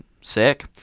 sick